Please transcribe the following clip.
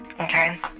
okay